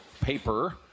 paper